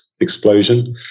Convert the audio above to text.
explosion